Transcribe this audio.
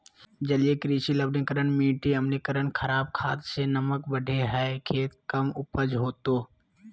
जलीय कृषि लवणीकरण मिटी अम्लीकरण खराब खाद से नमक बढ़े हइ खेत कम उपज होतो